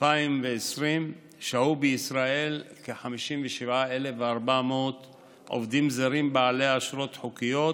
2020 שהו בישראל כ-57,400 עובדים זרים בעלי אשרות חוקיות